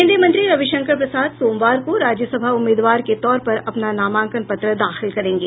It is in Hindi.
केन्द्रीय मंत्री रविशंकर प्रसाद सोमवार को राज्यसभा उम्मीदवार के तौर पर अपना नामांकन पत्र दाखिल करेंगे